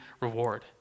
reward